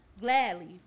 Gladly